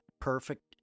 perfect